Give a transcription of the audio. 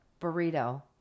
burrito